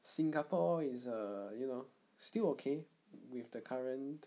singapore is err you know still okay with the current